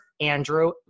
Andrew